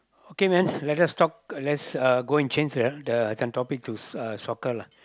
okay man let us talk let's uh go and change the the some topic uh to soccer lah